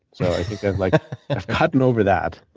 so i think i've like and i've gotten over that